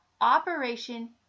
operation